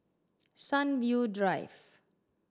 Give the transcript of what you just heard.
Sunview Drive